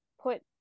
put